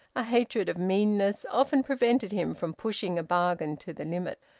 a hatred of meanness, often prevented him from pushing a bargain to the limit.